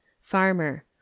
Farmer